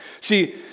See